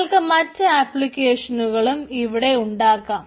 നിങ്ങൾക്ക് മറ്റ് ആപ്ലിക്കേഷനുകളും ഇവിടെ ഉണ്ടാക്കാം